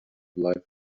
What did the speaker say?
life